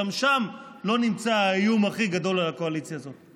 גם שם לא נמצא האיום הכי גדול על הקואליציה הזאת.